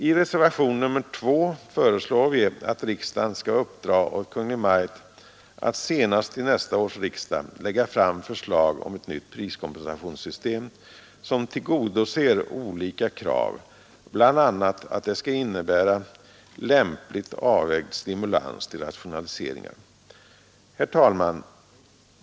I reservation 2 föreslår vi att riksdagen skall uppdra åt Kungl. Maj:t att senast till nästa års riksdag lägga fram förslag om ett nytt priskompensationssystem som tillgodoser olika krav, bl.a. att det skall innebära lämpligt avvägd stimulans till rationaliseringar. Herr talman!